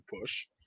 push